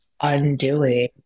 undoing